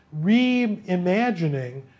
reimagining